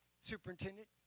superintendent